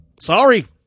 Sorry